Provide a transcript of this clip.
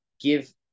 give